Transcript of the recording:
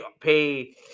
pay